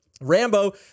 Rambo